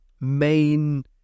main